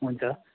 हुन्छ